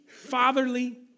fatherly